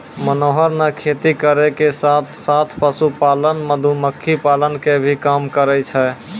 मनोहर नॅ खेती करै के साथॅ साथॅ, पशुपालन, मधुमक्खी पालन के भी काम करै छै